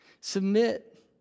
Submit